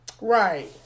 right